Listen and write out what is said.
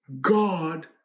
God